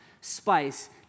spice